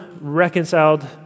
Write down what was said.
reconciled